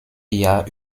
jahr